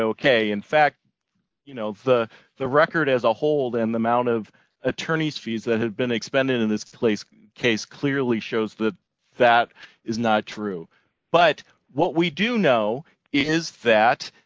ok in fact you know the record as a hold and the amount of attorney's fees that have been expended in this place case clearly shows that that is not true but what we do know is that